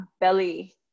belly